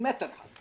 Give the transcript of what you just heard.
במילימטר אחד,